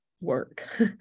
work